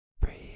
breathe